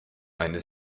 meine